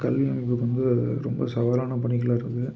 கல்வி அமைப்புக்கு வந்து ரொம்ப சவாலான பணிகளாக இருக்குது